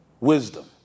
Wisdom